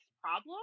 problem